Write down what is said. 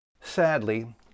Sadly